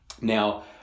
Now